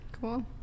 Cool